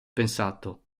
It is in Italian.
pensato